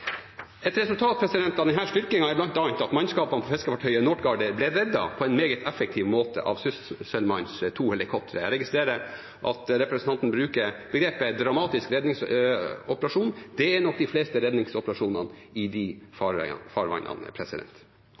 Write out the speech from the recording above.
Et resultat av denne styrkingen er bl.a. at mannskapet på fiskefartøyet Northguider ble reddet på en meget effektiv måte av Sysselmannens to helikoptre. Jeg registrerer at representanten bruker begrepet «dramatisk redningsoperasjon». Det er nok de fleste redningsoperasjonene i de farvannene.